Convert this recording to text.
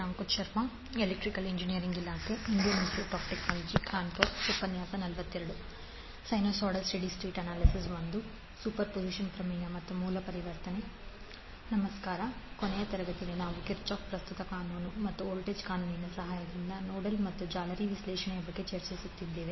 ನಮಸ್ಕಾರ ಆದ್ದರಿಂದ ಕೊನೆಯ ತರಗತಿಯಲ್ಲಿ ನಾವು ಕಿರ್ಚಾಫ್ ಪ್ರಸ್ತುತ ಕಾನೂನು ಮತ್ತು ವೋಲ್ಟೇಜ್ ಕಾನೂನಿನ ಸಹಾಯದಿಂದ ನೋಡಲ್ ಮತ್ತು ಜಾಲರಿ ವಿಶ್ಲೇಷಣೆಯ ಬಗ್ಗೆ ಚರ್ಚಿಸುತ್ತಿದ್ದೇವೆ